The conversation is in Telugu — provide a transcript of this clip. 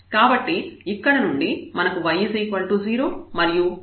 కాబట్టి ఇక్కడ నుండి మనకు y 0 మరియు y 2 ని పొందుతాము